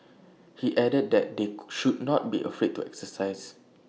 he added that they should not be afraid to exercise